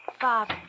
Bob